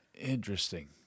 Interesting